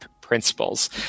principles